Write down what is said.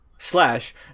slash